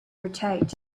rotate